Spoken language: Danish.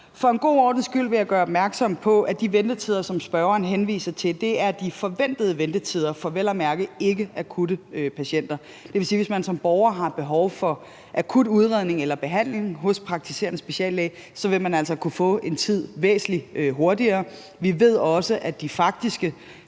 For en god ordens skyld vil jeg gøre opmærksom på, at de ventetider, som spørgeren henviser til, er de forventede ventetider for vel at mærke ikkeakutte patienter. Det vil sige, at hvis man som borger har behov for akut udredning eller behandling hos en praktiserende speciallæge, vil man altså kunne få en tid væsentlig hurtigere. Vi ved også, at de faktiske